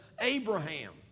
Abraham